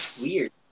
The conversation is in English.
Weird